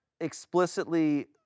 Explicitly